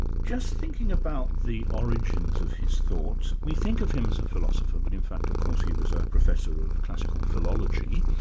just thinking about the origins of his thought, we think of him as a philosopher but in fact of course he was a professor of classical philology.